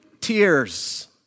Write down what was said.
tears